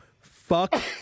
Fuck